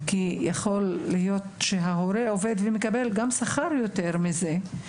כי יכול להיות שההורה עובד ומקבל גם שכר יותר מזה,